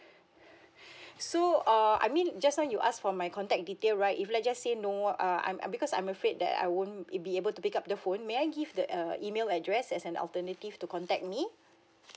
so err I mean just now you ask for my contact detail right if like just say no one uh I'm I'm because I'm afraid that I won't uh be able to pick up the phone may I give the uh email address as an alternative to contact me